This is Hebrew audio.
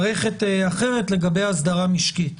מערכת אחרת לגבי אסדרה משקית,